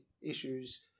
issues